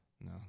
No